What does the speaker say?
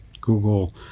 Google